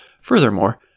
Furthermore